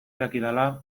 dakidala